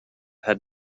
had